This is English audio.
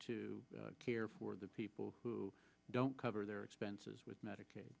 to care for the people who don't cover their expenses with medicaid